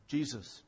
Jesus